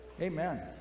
amen